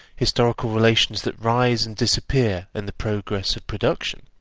historical relations that rise and disappear in the progress of production